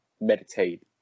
meditate